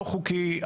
לא חוקי,